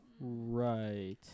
Right